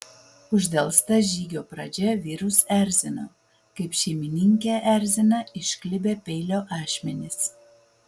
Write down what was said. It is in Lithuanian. uždelsta žygio pradžia vyrus erzino kaip šeimininkę erzina išklibę peilio ašmenys